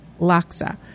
Laksa